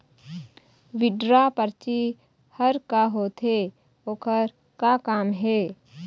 Withdraw परची हर का होते, ओकर का काम हे?